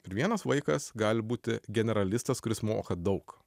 ir vienas vaikas gali būti generalistas kuris moka daug